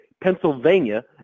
Pennsylvania